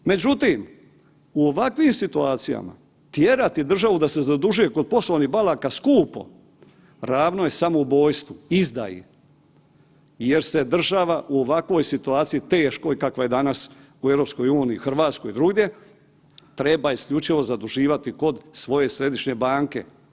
Međutim, u ovakvim situacijama tjerati državu da se zadužuje kod poslovnih banaka skupo, ravno je samoubojstvu, izdaji jer se država u ovakvoj situaciji teškoj kakva je danas u EU i RH i drugdje, treba isključivo zaduživati kod svoje središnje banke.